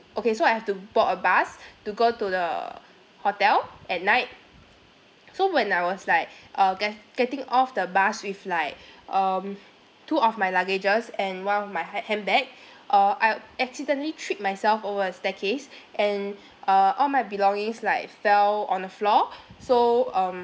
okay so I have to board a bus to go to the hotel at night so when I was like err get getting off the bus with like um two of my luggage's and one of my ha~ handbag uh I accidentally tripped myself over a staircase and uh all my belongings like fell on the floor so um